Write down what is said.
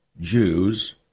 Jews